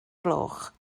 gloch